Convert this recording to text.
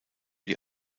die